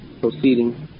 proceeding